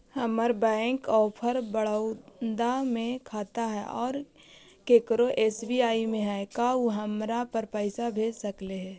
हमर bank of Baroda में खाता है और केकरो एस.बी.आई में है का उ हमरा पर पैसा भेज सकले हे?